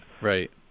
Right